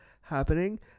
happening